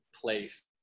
place